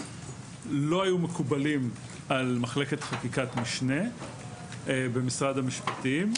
לא היו מקובלים על מחלקת חקיקת משנה במשרד המשפטים.